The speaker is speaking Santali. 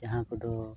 ᱡᱟᱦᱟᱸ ᱠᱚᱫᱚ